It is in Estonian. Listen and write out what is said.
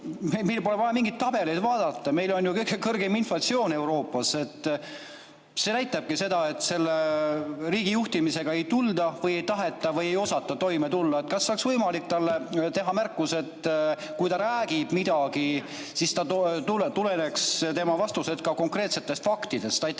Meil pole vaja mingeid tabeleid vaadata, meil on ju kõige kõrgem inflatsioon Euroopas. See näitabki seda, et selle riigi juhtimisega ei tulda või ei taheta või ei osata toime tulla. Kas oleks võimalik talle teha märkus, et kui ta räägib midagi, siis tuleneks tema vastused ka konkreetsetest faktidest.